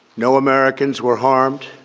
no americans were harmed